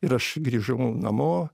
ir aš grįžau namo